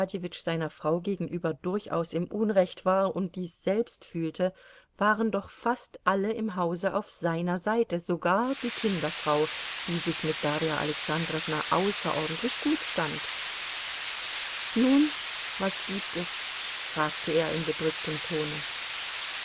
seiner frau gegen über durchaus im unrecht war und dies selbst fühlte waren doch fast alle im hause auf seiner seite sogar die kinderfrau die sich mit darja alexandrowna außerordentlich gut stand nun was gibt es fragte er in bedrücktem tone